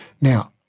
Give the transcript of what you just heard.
Now